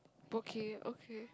bouquet okay